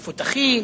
מפותחים,